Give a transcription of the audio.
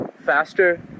faster